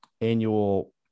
annual